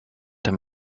him